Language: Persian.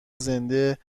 زنده